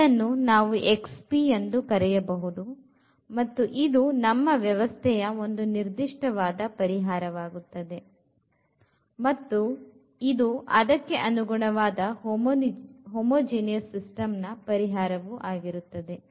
ಇದನ್ನು ನಾವು ಎಂದು ಕರೆಯಬಹುದು ಮತ್ತು ಇದು ನಮ್ಮ ವ್ಯವಸ್ಥೆಯ ಒಂದು ನಿರ್ದಿಷ್ಟವಾದ ಪರಿಹಾರವಾಗುತ್ತದೆ ಮತ್ತು ಇದು ಅದಕ್ಕನುಗುಣವಾದ homogeneous system ನ ಪರಿಹಾರವು ಆಗಿರುತ್ತದೆ